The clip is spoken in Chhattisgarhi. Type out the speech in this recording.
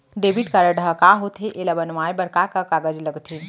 डेबिट कारड ह का होथे एला बनवाए बर का का कागज लगथे?